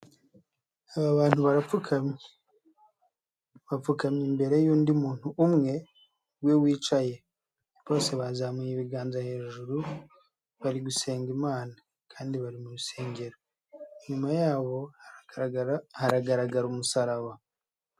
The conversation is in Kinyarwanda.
Aba bantu barapfukamye, bapfukamye imbere y'undi muntu umwe we wicaye. Bose bazamuye ibiganza hejuru, bari gusenga Imana kandi bari mu rusengero. Inyuma yabo haragaragara umusaraba.